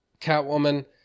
Catwoman